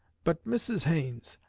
but, mrs. haines,